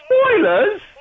Spoilers